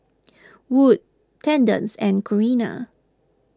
Wood Thaddeus and Corrina